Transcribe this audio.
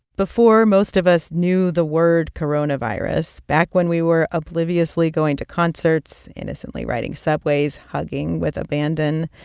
before most of us knew the word coronavirus, back when we were obliviously going to concerts, innocently riding subways, hugging with abandon,